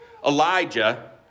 Elijah